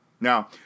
Now